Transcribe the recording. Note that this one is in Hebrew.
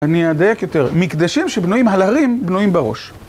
אני אדייק יותר, מקדשים שבנויים על הרים, בנויים בראש.